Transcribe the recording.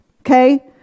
Okay